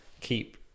keep